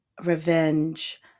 revenge